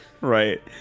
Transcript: right